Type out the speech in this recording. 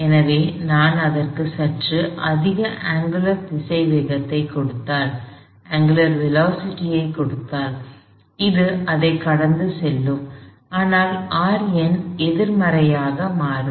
எனவே நான் அதற்கு சற்று அதிக அங்குலர் திசைவேகத்தைக் கொடுத்தால் அது அதைக் கடந்து செல்லும் ஆனால் Rn எதிர்மறையாக மாறும்